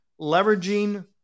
leveraging